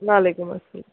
وعلیکُم اَسَلام